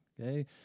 okay